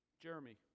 Jeremy